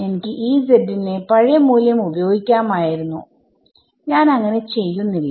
എനിക്ക് ന് പഴയ മൂല്യം ഉപയോഗിക്കുമായിരുന്നുഞാൻ അങ്ങനെ ചെയ്യുന്നില്ല